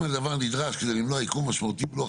אם הדבר נדרש כדי למנוע עיכוב משמעותי בלוח